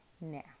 now